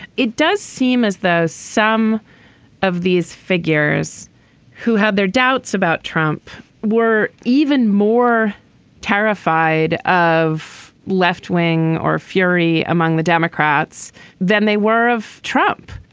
it does seem as though some of these figures who have their doubts about trump were even more terrified of left wing or fury among the democrats than they were of trump.